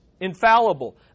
infallible